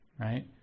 right